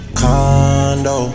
condo